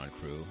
crew